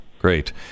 Great